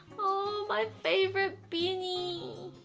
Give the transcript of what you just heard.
oh my favorite beanie,